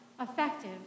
effective